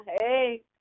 hey